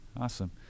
Awesome